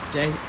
day